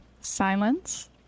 Silence